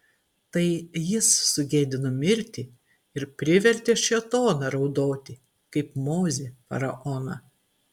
tai jis sugėdino mirtį ir privertė šėtoną raudoti kaip mozė faraoną